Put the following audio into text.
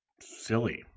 silly